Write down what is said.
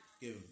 give